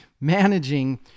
managing